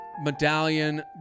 Medallion